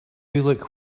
look